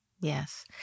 Yes